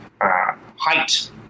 height